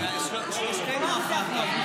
חבר הכנסת אדלשטיין, נא לסכם.